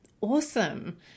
awesome